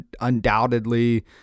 undoubtedly